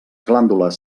glàndules